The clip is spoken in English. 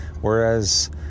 Whereas